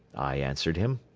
i answered him.